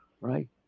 Right